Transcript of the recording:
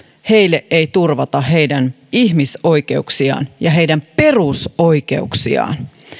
heille ei turvata heidän ihmisoikeuksiaan ja heidän perusoikeuksiaan